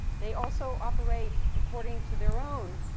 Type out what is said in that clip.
they also operate according to their own